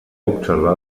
observà